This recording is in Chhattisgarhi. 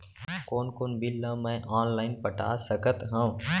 कोन कोन बिल ला मैं ऑनलाइन पटा सकत हव?